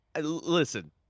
Listen